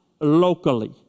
locally